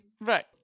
Right